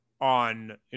on